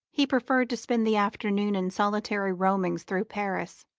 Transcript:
he preferred to spend the afternoon in solitary roamings through paris.